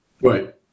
Right